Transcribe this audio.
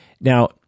Now